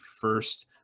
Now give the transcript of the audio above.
first